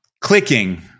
clicking